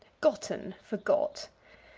gotten for got.